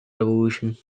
revolution